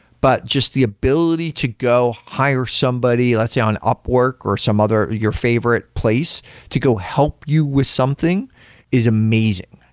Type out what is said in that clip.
but just the ability to go hire somebody, let's say on upwork, or some other your favorite place to go help you with something is amazing.